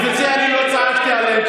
בגלל זה אני לא צעקתי עליהם,